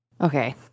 Okay